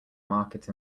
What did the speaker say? market